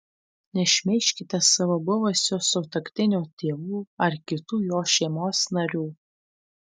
nešmeižkite savo buvusio sutuoktinio tėvų ar kitų jo šeimos narių